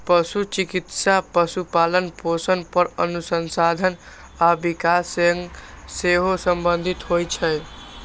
पशु चिकित्सा पशुपालन, पोषण पर अनुसंधान आ विकास सं सेहो संबंधित होइ छै